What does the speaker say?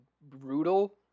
brutal